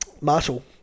Marshall